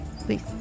please